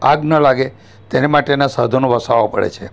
આગ ન લાગે તેના માટેનાં સાધનો વસાવવા પડે છે